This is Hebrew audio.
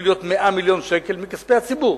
להיות 100 מיליון שקל מכספי הציבור.